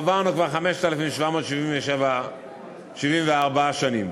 עברנו כבר 5,774 שנים.